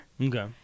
Okay